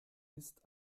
ist